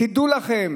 תדעו לכם